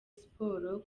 sports